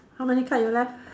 how many card you left